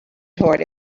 toward